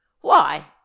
Why